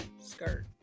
Skirt